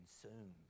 consumed